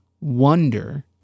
wonder